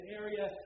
area